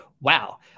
wow